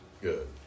Good